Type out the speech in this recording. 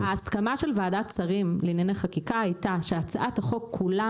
אבל ההסכמה של ועדת שרים לענייני חקיקה הייתה שהצעת החוק כולה,